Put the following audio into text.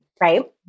Right